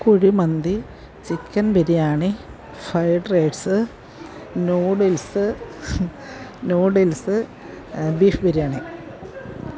kuzhimanthi chicken biryani fried rice noodles noodles beef biryani